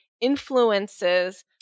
influences